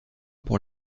pour